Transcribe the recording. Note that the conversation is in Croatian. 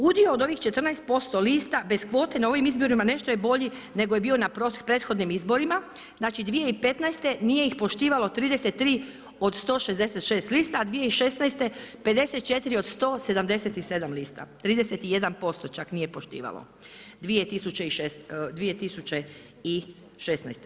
Udio od ovih 14% lista, bez kvote na ovim izborima nešto je bolji nego je bio na prethodnim izborima, znači 2015. nije ih poštivalo 33 od 166 lista, a 2016. 54 od 177 lista, 31% čak nije poštivalo 2016.